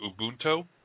Ubuntu